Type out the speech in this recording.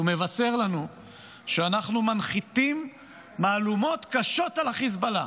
והוא מבשר לנו שאנחנו מנחיתים מהלומות קשות על החיזבאללה,